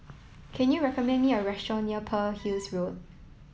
can you recommend me a restaurant near Pearl Hill's Road